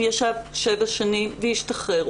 הוא ישב 7 שנים והשתחרר,